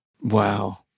Wow